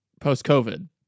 post-COVID